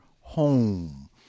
home